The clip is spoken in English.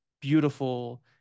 beautiful